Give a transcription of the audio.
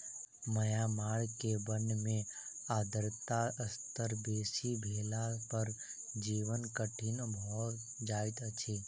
Myanmar के वन में आर्द्रता स्तर बेसी भेला पर जीवन कठिन भअ जाइत अछि